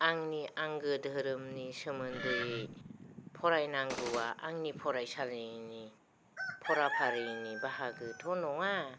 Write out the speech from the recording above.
आंनि आंगो धोरोमनि सोमोन्दै फरायनांगौआ आंनि फरायसालिनि फरा फारिनि बाहागोथ' नङा